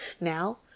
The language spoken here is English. Now